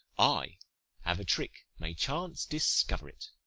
i have a trick may chance discover it,